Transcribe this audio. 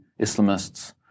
Islamists